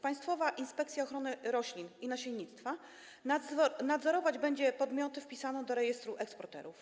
Państwowa Inspekcja Ochrony Roślin i Nasiennictwa nadzorować będzie podmioty wpisane do rejestru eksporterów.